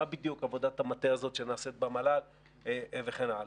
מה בדיוק עבודת המטה הזאת שנעשית במל"ל וכן הלאה.